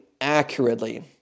accurately